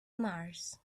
mars